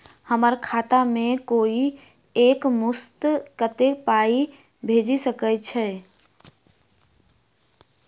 हम्मर खाता मे कोइ एक मुस्त कत्तेक पाई भेजि सकय छई?